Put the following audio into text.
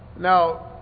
Now